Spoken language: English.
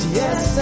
yes